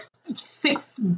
six